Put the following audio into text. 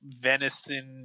venison